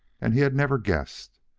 and he had never guessed.